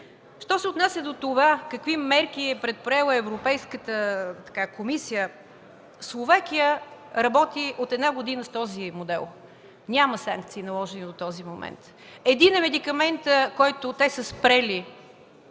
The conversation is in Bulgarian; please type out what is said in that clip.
Що се отнася до това какви мерки е предприела Европейската комисия, Словакия работи от една година по този модел. Няма санкции, наложени до този момент. Един медикамент са спрели